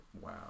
Wow